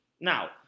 now